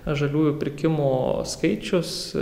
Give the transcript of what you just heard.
žaliųjų pirkimų skaičius